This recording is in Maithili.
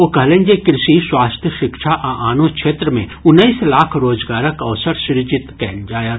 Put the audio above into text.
ओ कहलनि जे कृषि स्वास्थ्य शिक्षा आ आनो क्षेत्र मे उन्नैस लाख रोजगारक अवसर सृजित कयल जायत